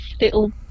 little